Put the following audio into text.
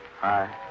Hi